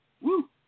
Woo